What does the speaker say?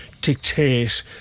dictate